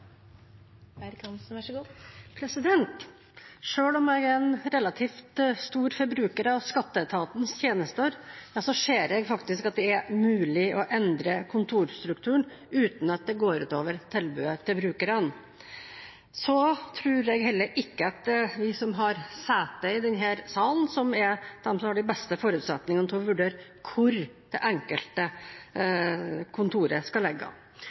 en relativt stor forbruker av Skatteetatens tjenester, ser jeg faktisk at det er mulig å endre kontorstrukturen uten at det går ut over tilbudet til brukerne. Jeg tror heller ikke at vi som har sete i denne salen, er de som har de beste forutsetningene til å vurdere hvor det enkelte kontoret skal